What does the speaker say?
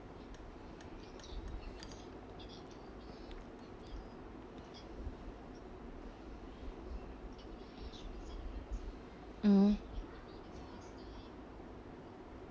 mmhmm